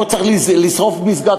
לא צריך לשרוף מסגד,